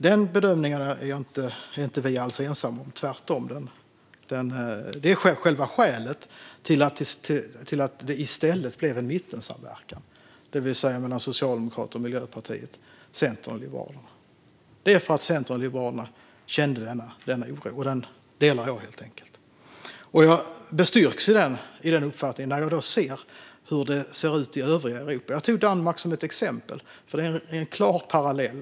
Den bedömningen är vi alltså inte ensamma om - tvärtom var detta själva skälet till att det i stället blev en mittensamverkan mellan Socialdemokraterna, Miljöpartiet, Centern och Liberalerna. Det berodde på att Centern och Liberalerna kände denna oro. Jag delar den oron, och jag bestyrks i denna uppfattning när jag ser hur det ser ut i övriga Europa. Jag tog Danmark som ett exempel, för det finns en klar parallell.